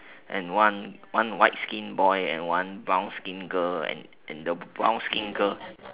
and one one white skin boy and one brown skin girl and the brown skin girl